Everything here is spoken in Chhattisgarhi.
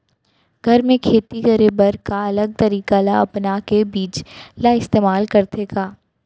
घर मे खेती करे बर का अलग तरीका ला अपना के बीज ला इस्तेमाल करथें का?